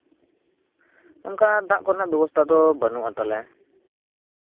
ᱚᱱᱠᱟ ᱫᱟᱜ ᱠᱚᱨᱮᱱᱟᱜ ᱵᱵᱮᱵᱚᱥᱛᱷᱟ ᱫᱚ ᱵᱟᱹᱱᱩᱜᱼᱟ ᱛᱟᱞᱮ